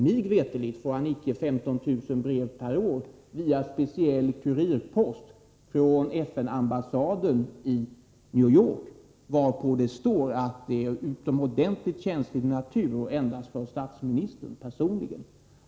Mig veterligt får han inte 15 000 brev per år via speciell kurirpost från FN-ambassaden i = Nr 151 New York, varpå det står att innehållet är av utomordentligt känslig natur Onsdagen den och avsett endast för statsministern personligen.